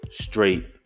straight